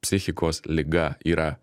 psichikos liga yra